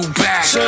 back